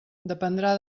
dependrà